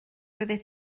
oeddet